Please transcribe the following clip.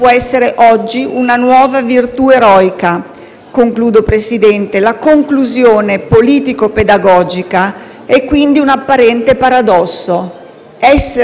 eroica. Presidente, la conclusione politico-pedagogica è, quindi, un apparente paradosso: essere uguali per poter essere diversi